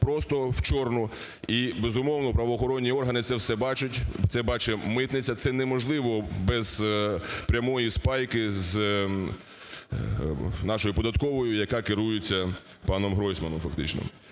просто в чорну. І, безумовно, правоохоронні органи це все бачать, це бачить митниця, це неможливо без прямої спайки з нашою податковою, яка керується паном Гройсманом фактично.